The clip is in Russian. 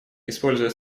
используя